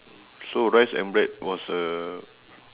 so rice and bread was a